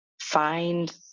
find